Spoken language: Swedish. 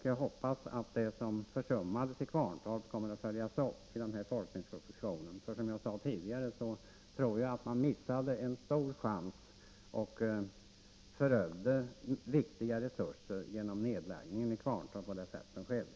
Jag hoppas att det som försummades i Kvarntorp kommer att uppvägas i forskningspropositionen, för som jag tidigare sade tror jag att man missade en stor chans och förödde viktiga resurser genom nedläggningen i Kvarntorp, på det sätt som skedde.